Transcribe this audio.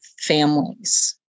families